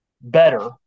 better